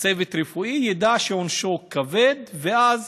צוות רפואי ידע שעונשו כבד, ואז